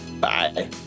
Bye